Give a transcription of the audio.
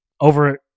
over